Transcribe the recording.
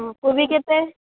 ହଁ କୋବି କେତେ